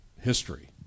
history